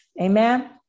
Amen